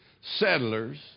settlers